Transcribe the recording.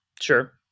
Sure